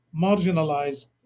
marginalized